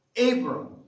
Abram